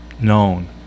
known